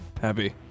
Happy